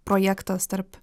projektas tarp